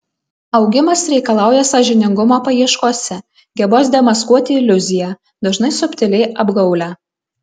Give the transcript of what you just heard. augimas reikalauja sąžiningumo paieškose gebos demaskuoti iliuziją dažnai subtiliai apgaulią